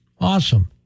Awesome